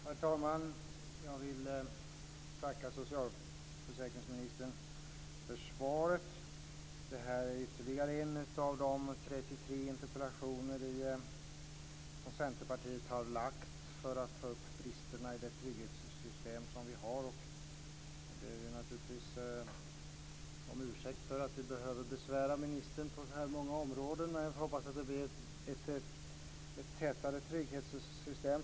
Herr talman! Jag vill tacka socialförsäkringsministern för svaret. Interpellationen är ytterligare en av de 33 interpellationer som Centerpartiet har lagt fram för att ta upp bristerna i det trygghetssystem som vi har. Jag ber naturligtvis om ursäkt för att vi behöver besvära ministern på så här många områden men vi får hoppas att det så småningom blir ett tätare trygghetssystem.